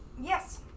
Yes